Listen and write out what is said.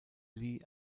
lieh